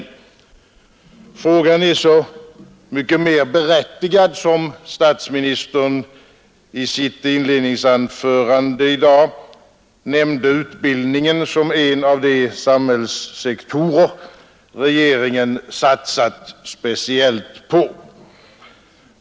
Frågan är så mycket mer berättigad som statsministern i sitt inledningsanförande i dag nämnde utbildningen som en av de samhällssektorer regeringen satsat speciellt på.